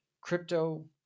crypto